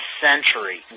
century